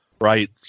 right